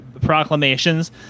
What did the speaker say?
proclamations